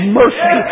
mercy